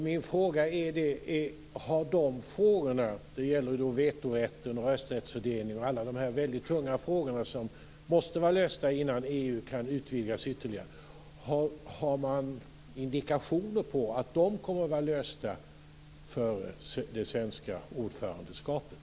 Min fråga är: Har man några indikationer på att de frågorna - vetorätten, rösträttsfördelningen och andra tunga frågor som måste vara lösta innan EU kan utvidgas - kommer att vara lösta före det svenska ordförandeskapet?